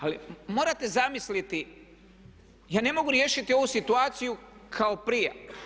Ali morate zamisliti ja ne mogu riješiti ovu situaciju kao prije.